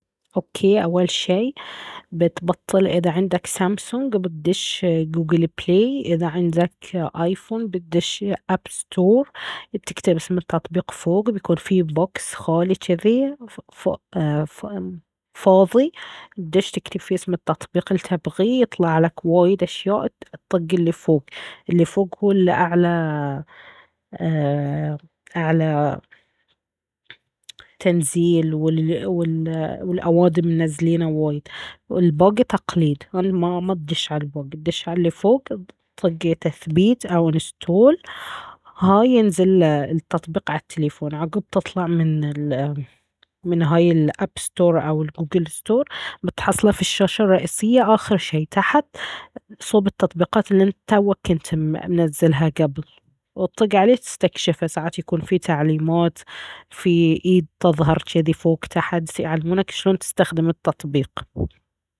اوكي اول شي بتبطل اذا عندك سامسونج وبتدش قوقل بلاي، اذا عندك آيفون بتدش آب ستور، بتكتب اسم التطبيق فوق بيكون فيه بوكس خالي جذي ف-فاضي بتدش تكتب فيه ،اسم التطبيق الي تبغيه يطلعلك وايد اشياء، تطق اللي فوق واللي أعلى أ- أعلى تنزيل وال- الأوادم منزلينه وايد، والباقي تقليد فما ما دش على الباقي دش عالي فوق وطق تثبيت او انستول، هاي ينزل التطبيق على التلفون، عقب تطلع من هاي الاب ستور او القوقل ستور بتحصلة في الشاشة الرئيسية آخر شي تحت صوب التطبيقات الي توك انت منزلها قبل، وتطق عليه تستكشفه. ساعات يكون فيه تعليمات فيه ايد تظهر جذي فوق تحت فيعلمونك شلون تستخدم التطبيق